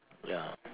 ya